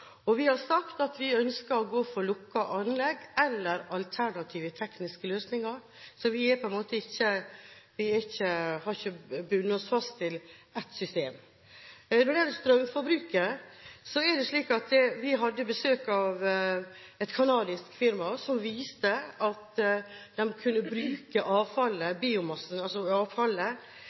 Vi har sagt at vi ønsker å gå for lukkede anlegg eller alternative tekniske løsninger. Vi har på en måte ikke bundet oss fast til ett system. Så til strømforbruket: Vi hadde besøk av et canadisk firma som viste at en kunne bruke avfallet